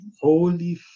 Holy